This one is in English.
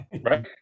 Right